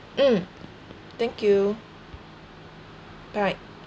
mm thank you bye